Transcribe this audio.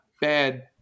bad